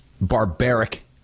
barbaric